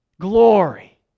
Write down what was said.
Glory